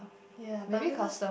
ya but because